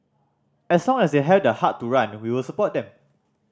as long as they have the heart to run we will support them